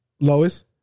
Lois